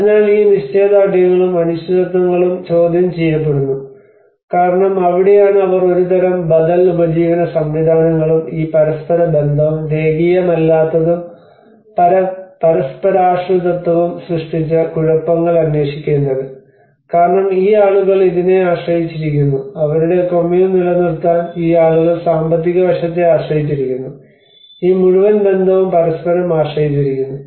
അതിനാൽ ഈ നിശ്ചയദാർഢ്യങ്ങളും അനിശ്ചിതത്വങ്ങളും ചോദ്യം ചെയ്യപ്പെടുന്നു കാരണം അവിടെയാണ് അവർ ഒരുതരം ബദൽ ഉപജീവന സംവിധാനങ്ങളും ഈ പരസ്പര ബന്ധവും രേഖീയമല്ലാത്തതും പരസ്പരാശ്രിതത്വവും സൃഷ്ടിച്ച കുഴപ്പങ്ങൾ അന്വേഷിക്കേണ്ടത് കാരണം ഈ ആളുകൾ ഇതിനെ ആശ്രയിച്ചിരിക്കുന്നു അവരുടെ കൊമ്മുൻ നിലനിർത്താൻ ഈ ആളുകൾ സാമ്പത്തിക വശത്തെ ആശ്രയിച്ചിരിക്കുന്നു ഈ മുഴുവൻ ബന്ധവും പരസ്പരം ആശ്രയിച്ചിരിക്കുന്നു